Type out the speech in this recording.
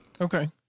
Okay